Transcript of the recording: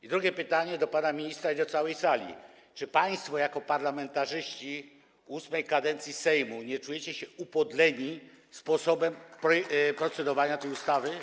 I drugie pytanie - do pana ministra i do całej sali: Czy państwo jako parlamentarzyści VIII kadencji Sejmu nie czujecie się upodleni sposobem procedowania tej ustawy?